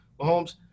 Mahomes